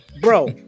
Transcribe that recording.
Bro